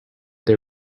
they